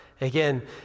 again